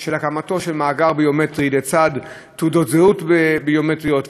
של הקמתו של מאגר ביומטרי לצד תעודות זהות ביומטריות,